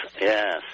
yes